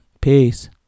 Peace